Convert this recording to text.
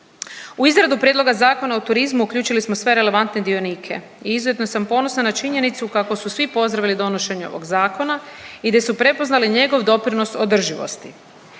U izradu prijedloga Zakona o turizmu uključili smo sve relevantne dionike i izuzetno sam ponosna na činjenicu kako su svi pozdravili donošenje ovog zakona i gdje su prepoznali njegov doprinos održivosti,